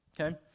okay